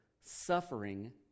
suffering